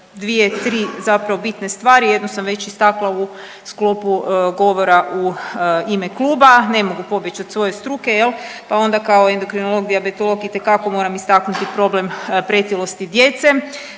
dvije, tri zapravo bitne stvari, jednu sam već istakla u sklopu govora u ime kluba, ne mogu pobjeć od svoje struke jel pa onda kao endokrinolog dijabetolog itekako moram istaknuti problem pretilosti djece